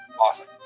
Awesome